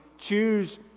choose